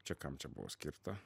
čia kam čia buvo skirta